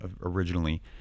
originally